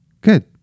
Good